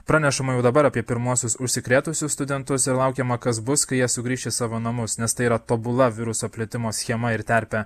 pranešama jau dabar apie pirmuosius užsikrėtusius studentus ir laukiama kas bus kai jie sugrįš į savo namus nes tai yra tobula viruso plitimo schema ir terpė